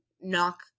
knock